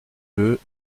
deux